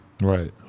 Right